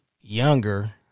younger